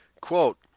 Quote